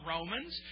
Romans